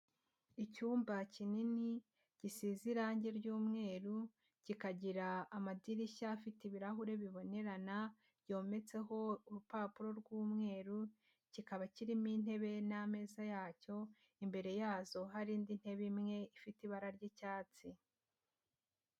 Icyumba kinini gisize irangi ry'umweru, kikagira amadirishya afite ibirahure bibonerana byometseho urupapuro rw'umweru, kikaba kirimo intebe n'ameza yacyo, imbere yazo hari indi ntebe imwe ifite ibara ry'icyatsi.